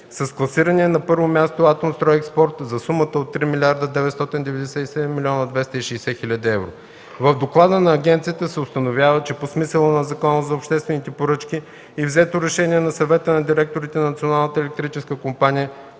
с класирания на първо място „Атомстройекспорт” за сумата от 3 млрд. 997 млн. 260 хил. евро. В доклада на агенцията се установява, че по смисъла на Закона за обществените поръчки и взетото решение на Съвета на директорите на Националната електрическа компания